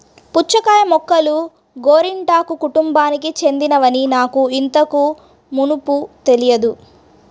పుచ్చకాయ మొక్కలు గోరింటాకు కుటుంబానికి చెందినవని నాకు ఇంతకు మునుపు తెలియదు